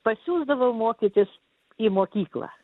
pasiųsdavo mokytis į mokyklą